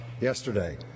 yesterday